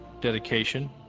dedication